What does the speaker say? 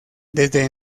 desde